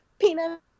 Peanut